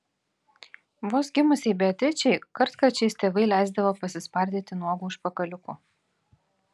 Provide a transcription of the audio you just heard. vos gimusiai beatričei kartkarčiais tėvai leisdavo pasispardyti nuogu užpakaliuku